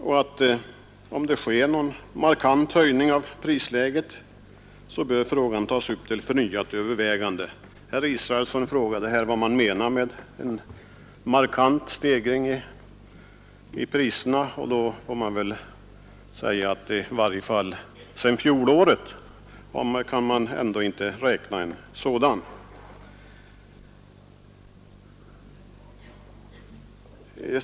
Om det sker någon markant höjning av prisläget, bör frågan tas upp till förnyat övervägande. Herr Israelsson frågade vad man menar med en markant stegring av priserna. Då får man väl säga att i varje fall sedan fjolåret har det inte skett en sådan.